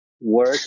work